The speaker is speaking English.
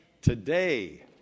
today